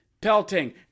Pelting